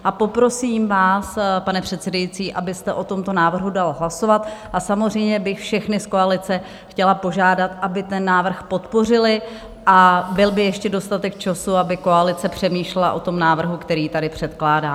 A poprosím vás, pane předsedající, abyste o tomto návrhu dal hlasovat, a samozřejmě bych všechny z koalice chtěla požádat, aby ten návrh podpořili a byl ještě dostatek času, aby koalice přemýšlela o tom návrhu, který tady předkládá.